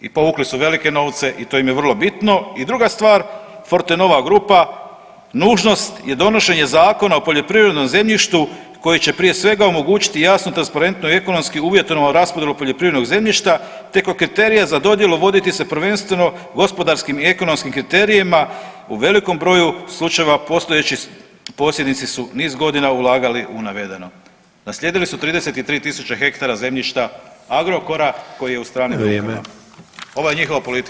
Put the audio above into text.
I povukli su velike novce i to im je vrlo bitno i druga stvar, Fortenova grupa, nužnost je donošenje Zakona o poljoprivrednom zemljištu koji će prije svega, omogućiti jasnu, transparentnu i ekonomski uvjetovanu raspodjelu poljoprivrednog zemljišta, te ... za dodjelu voditi se prvenstveno gospodarskim i ekonomskim kriterijima u velikom broju slučajeva, posjednici su niz godina ulagali u navedeno, naslijedili su 33 tisuće hektara zemljišta Agrokora koji je u stranim rukama [[Upadica: Vrijeme.]] Ovo je njihova politika.